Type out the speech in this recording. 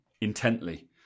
intently